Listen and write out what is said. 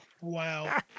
Wow